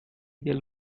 del